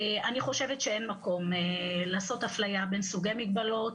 אני חושבת שאין מקום לעשות אפליה בין סוגי מגבלות,